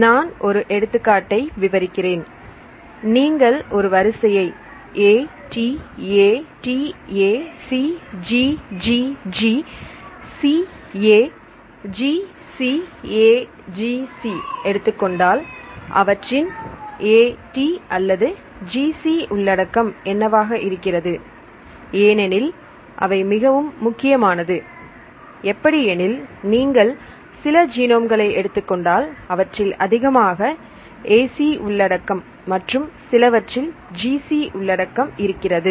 நான் ஒரு எடுத்துக்காட்டை விவரிக்கிறேன் நீங்கள் ஒரு வரிசையை ATATACGGGCAGCAGC எடுத்துக்கொண்டால் அவற்றின் AT அல்லது GC உள்ளடக்கம் என்ன வாக இருக்கிறது ஏனெனில் அவை மிகவும் முக்கியமானது எப்படி எனில் நீங்கள் சில ஜீனோம் களை எடுத்துக்கொண்டால் அவற்றில் அதிகமாக AC உள்ளடக்கம் மற்றும் சிலவற்றில் GC உள்ளடக்கம் இருக்கிறது